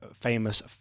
famous